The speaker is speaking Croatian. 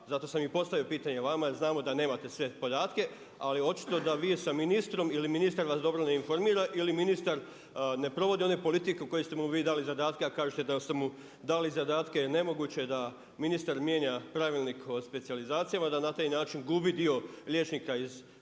zato sam i postavio pitanje vama jer znamo da nemate sve podatke ali očito da vi sa ministrom ili ministar vas dobro ne informira ili ministar ne provodi one politike koje ste mu vi dali u zadatke a kažete da ste mu dali zadatke. Jer nemoguće je da ministar mijenja Pravilnik o specijalizacijama, da na taj način gubi dio liječnika iz primarne